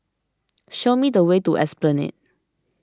show me the way to Esplanade